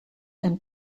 and